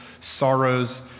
sorrows